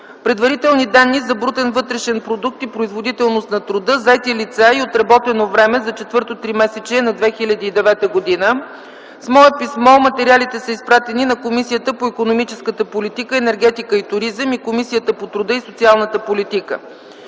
предварителни данни за брутен вътрешен продукт и производителност на труда, заети лица и отработено време за четвъртото тримесечие на 2009 г. С мое писмо материалите са изпратени на Комисията по икономическата политика, енергетика и туризъм и Комисията по труда и социалната политика.